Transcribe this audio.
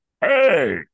hey